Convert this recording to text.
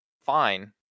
fine